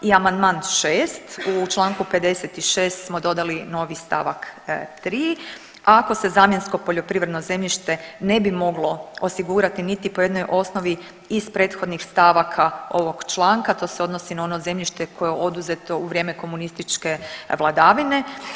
I amandman šest u članku 56. smo dodali novi stavak 3. Ako se zamjensko poljoprivredno zemljište ne bi moglo osigurati po niti jednoj osnovi iz prethodnih stavaka ovog članka to se odnosi na ono zemljište koje je oduzeto u vrijeme komunističke vladavine.